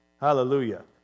hallelujah